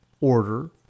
order